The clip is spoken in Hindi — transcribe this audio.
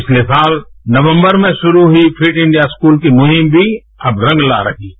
पिछले साल नवम्बर में शुरू हुई फिट इंडिया स्कूल की मुहिम भी अब रंग ला रही है